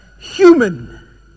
human